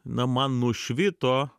na man nušvito